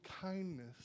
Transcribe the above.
kindness